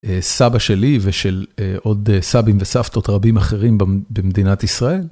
סבא שלי ושל עוד סבים וסבתות רבים אחרים במדינת ישראל.